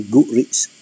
Goodreads